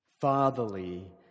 Fatherly